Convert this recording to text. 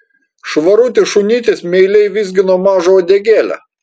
švarutis šunytis meiliai vizgino mažą uodegėlę